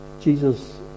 Jesus